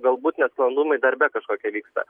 galbūt nesklandumai darbe kažkokie vyksta